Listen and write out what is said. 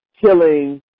killing